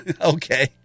Okay